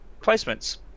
placements